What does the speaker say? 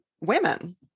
women